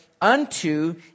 unto